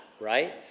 right